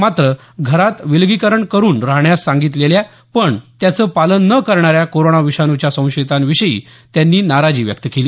मात्र घरात विलगीकरण करुन राहण्यास सांगितलेल्या पण त्याचं पालन न करणाऱ्या कोरोना विषाणूच्या संशयितांविषयी त्यांनी नाराजी व्यक्त केली